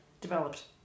developed